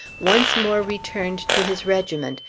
once more returned to his regiment,